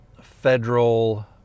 federal